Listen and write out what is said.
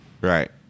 Right